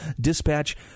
dispatch